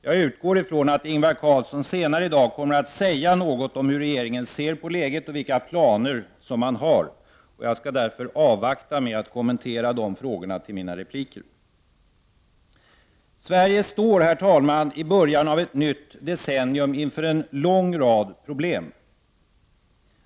Jag utgår ifrån att Ingvar Carlsson senare i dag kommer att säga något om hur regeringen ser på läget och vilka planer man har. Jag avvaktar därför till mina repliker med att kommentera dessa frågor. Sverige står i början av ett nytt decennium inför en lång rad problem.